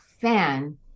fan